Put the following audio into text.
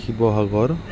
Sivasagar